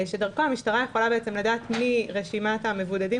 דרכו המשטרה יכולה לדעת מי רשימת המבודדים